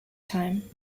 time